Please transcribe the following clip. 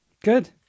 Good